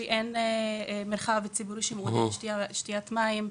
שאין מספיק במרחב הציבורי ושמעודדות שתיית מים,